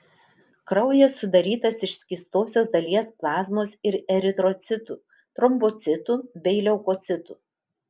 kraujas sudarytas iš skystosios dalies plazmos ir eritrocitų trombocitų bei leukocitų